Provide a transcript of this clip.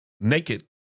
naked